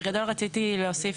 בגדול רציתי להוסיף